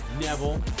Neville